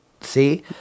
see